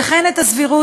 וכן את הסבירות,